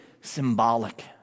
symbolic